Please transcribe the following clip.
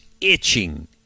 itching